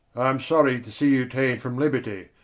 i am sorry, to see you tane from liberty,